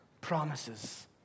promises